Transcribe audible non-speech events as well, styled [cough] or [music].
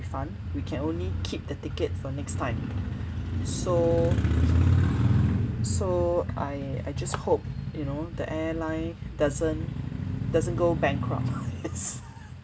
refund we can only keep the ticket for next time so so I I just hope you know the airline doesn't doesn't go bankrupt [laughs] yes